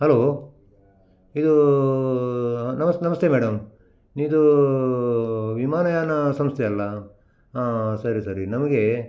hello ಇದು ನಮಸ್ ನಮಸ್ತೆ ಮೇಡಮ್ ಇದು ವಿಮಾನಯಾನ ಸಂಸ್ಥೆಯಲ್ವ ಹಾಂ ಸರಿ ಸರಿ ನಮಗೆ